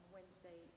Wednesday